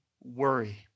worry